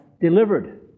delivered